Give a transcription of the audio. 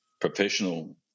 professional